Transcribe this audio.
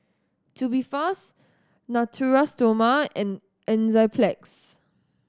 Tubifast Natura Stoma and Enzyplex